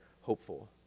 hopeful